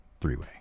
Three-way